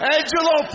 Angelo